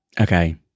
Okay